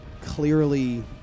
clearly